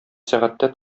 сәгатьтә